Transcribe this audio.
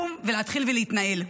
לקום ולהתחיל ולהתנהל.